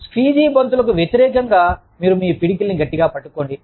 squeezy బంతులకు వ్యతిరేకంగా మీరు మీ పిడికిలిని గట్టిగా పట్టుకోండి